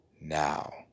now